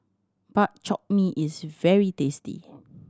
Bak Chor Mee is very tasty